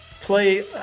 play